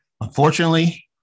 Unfortunately